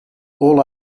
all